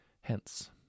Hence